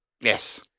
Yes